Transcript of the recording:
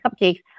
cupcakes